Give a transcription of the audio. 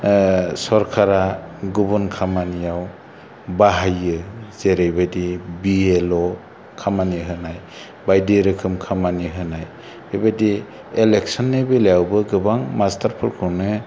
ओह सरकारआ गुबुन खामानियाव बाहायो जेरैबायदि बिएलअ खामानि होनाय बायदि रोखोम खामानि होनाय बेबायदि एलेकसननि बेलायावबो गोबां मास्टारफोरखौनो